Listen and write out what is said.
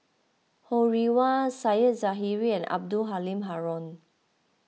Ho Rih Hwa Said Zahari and Abdul Halim Haron